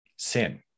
Sin